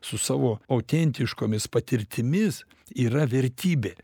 su savo autentiškomis patirtimis yra vertybė